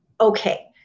Okay